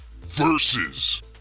versus